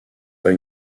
pas